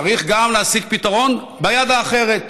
צריך להשיג פתרון גם ביד האחרת,